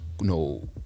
No